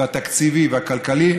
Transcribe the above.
התקציבי והכלכלי,